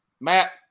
Matt